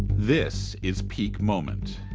this is peak moment.